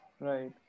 Right